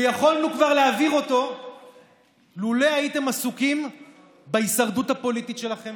ויכולנו כבר להעביר אותו לולא הייתם עסוקים בהישרדות הפוליטית שלכם,